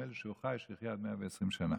נדמה לי שהוא חי, שיחיה עד 120 שנה.